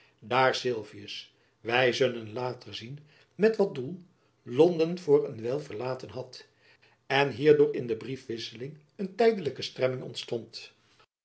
daar sylvius wy zullen later zien met wat doel londen voor een wijl verlaten had en hierdoor in de briefwisseling een tijdelijke stremming ontstond